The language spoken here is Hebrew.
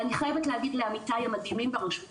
ואני חייבת להגיד לעמיתי ברשות הלאומית,